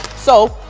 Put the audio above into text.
so,